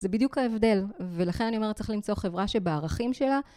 זה בדיוק ההבדל ולכן אני אומרת צריך למצוא חברה שבערכים שלה